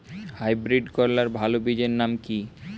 Hybrid করলার ভালো বীজের নাম কি?